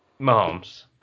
mahomes